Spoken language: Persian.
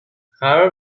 خبر